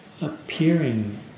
appearing